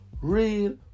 real